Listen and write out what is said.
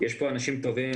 יש פה אנשים טובים,